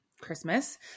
christmas